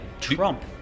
Trump